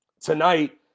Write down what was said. tonight